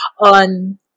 on